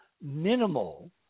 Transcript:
minimal